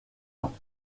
ans